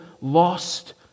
lost